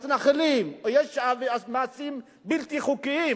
המתנחלים, או שיש מעשים בלתי חוקיים,